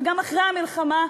וגם אחרי המלחמה,